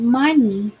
money